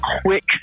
quick